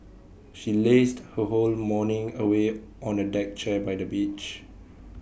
she lazed her whole morning away on A deck chair by the beach